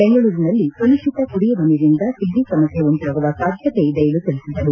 ಬೆಂಗಳೂರಿನಲ್ಲಿ ಕಲುಷಿತ ಕುಡಿಯುವ ನೀರಿನಿಂದ ಕಿಡ್ನಿ ಸಮಸ್ಟೆ ಉಂಟಾಗುವ ಸಾಧ್ಯತೆ ಇದೆ ಎಂದು ತಿಳಿಸಿದರು